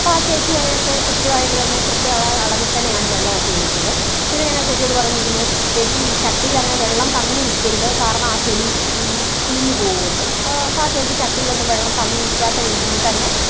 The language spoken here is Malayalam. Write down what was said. അപ്പം ആ ചേച്ചി അതിനക്കെ കൃത്യമായിട്ട് തന്നെ കൃത്യ അളവിൽ തന്നെയാണ് വെള്ളം ഒക്കെ ഒഴിച്ചത് പിന്നെ ഞാനാ ചേച്ചിയോട് പറഞ്ഞിരുന്നു ചേച്ചി ഈ ചട്ടീലങ്ങനെ വെള്ളം തങ്ങി നിൽക്കരുത് കാരണം ആ ചെടി ചീഞ്ഞു പോകുമെന്ന് അപ്പം ആ ചേച്ചി ചട്ടീലൊന്നും വെള്ളം തങ്ങി നിൽക്കാത്ത രീതിയിൽ തന്നെ